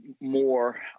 more